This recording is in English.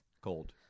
cold